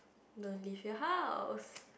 don't leave your house